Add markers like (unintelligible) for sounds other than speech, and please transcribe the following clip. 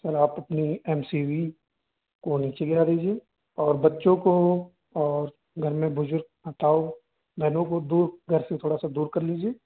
sir आप अपनी M C B को नीचे गिरा दीजिए और बच्चो को और घर में बुजुर्ग (unintelligible) घर में कोई बु घर से थोड़ा सा दूर कर लीजिए